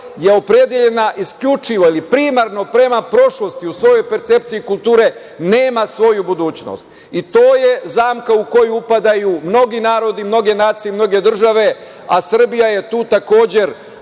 je opredeljena isključivo ili primarno prema prošlosti, u svojoj percepciji kulture nema svoju budućnost. To je zamka u koju upadaju mnogi narodi, mnoge nacije i mnoge države, a Srbija je tu takođe